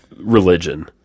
religion